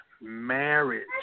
Marriage